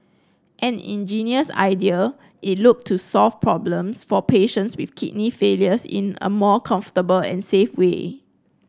an ingenious idea it looks to solve problems for patients with kidney failures in a more comfortable and safe way